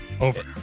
over